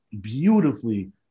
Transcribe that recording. beautifully